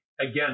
again